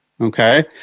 okay